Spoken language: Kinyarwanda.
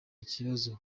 ikibazo